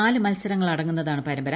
നാല് മത്സരങ്ങളടങ്ങുന്നതാണ് പരമ്പര